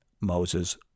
Moses